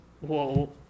whoa